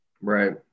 Right